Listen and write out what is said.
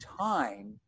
time